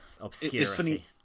obscurity